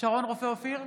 שרון רופא אופיר,